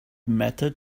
mattered